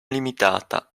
limitata